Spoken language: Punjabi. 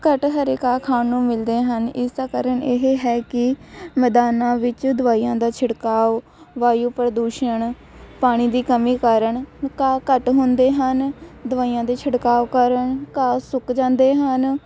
ਘੱਟ ਹਰੇ ਘਾਹ ਖਾਣ ਨੂੰ ਮਿਲਦੇ ਹਨ ਇਸ ਦਾ ਕਾਰਨ ਇਹ ਹੈ ਕਿ ਮੈਦਾਨਾਂ ਵਿੱਚ ਦਵਾਈਆਂ ਦਾ ਛਿੜਕਾਓ ਵਾਯੂ ਪ੍ਰਦੂਸ਼ਣ ਪਾਣੀ ਦੀ ਕਮੀ ਕਾਰਨ ਘਾਹ ਘੱਟ ਹੁੰਦੇ ਹਨ ਦਵਾਈਆਂ ਦੇ ਛਿੜਕਾਓ ਕਾਰਨ ਘਾਹ ਸੁੱਕ ਜਾਂਦੇ ਹਨ